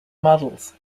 models